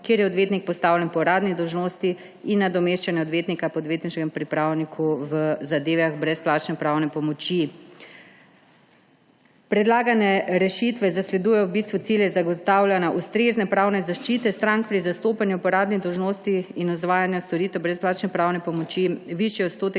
kjer je odvetnik postavljen po uradni dolžnosti, in nadomeščanja odvetnika po odvetniškem pripravniku v zadevah brezplačne pravne pomoči. Predlagane rešitve zasledujejo cilje: zagotavljanje ustrezne pravne zaščite strank pri zastopanju po uradni dolžnosti in izvajanju storitev brezplačne pravne pomoči; višji odstotek